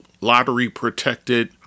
lottery-protected